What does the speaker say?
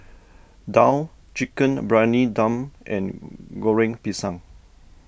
Daal Chicken Briyani Dum and Goreng Pisang